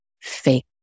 fake